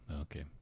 Okay